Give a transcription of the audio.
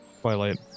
Twilight